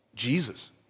Jesus